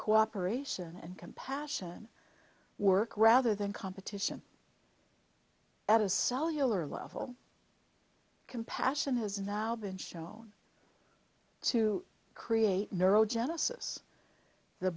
cooperation and compassion work rather than competition at a cellular level compassion has now been shown to create neurogenesis the